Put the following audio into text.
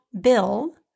Bill